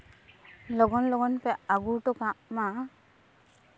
ᱞᱚᱜᱚᱱ ᱞᱚᱜᱚᱱ ᱯᱮ ᱟᱹᱜᱩ ᱦᱚᱴᱚ ᱠᱟᱜ ᱢᱟ